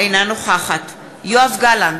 אינה נוכחת יואב גלנט,